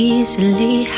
Easily